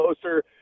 closer